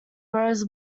grows